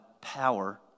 power